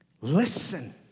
Listen